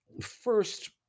first